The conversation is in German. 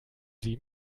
sie